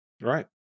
Right